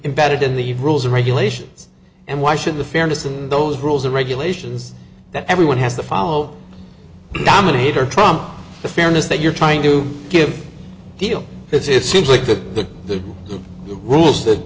in the rules and regulations and why should the fairness of those rules or regulations that everyone has to follow dominate or trump the fairness that you're trying to give deal because it seems like the the the rules that